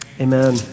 amen